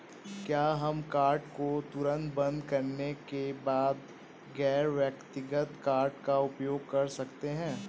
क्या हम कार्ड को तुरंत बंद करने के बाद गैर व्यक्तिगत कार्ड का उपयोग कर सकते हैं?